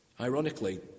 ironically